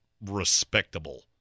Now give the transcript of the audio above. respectable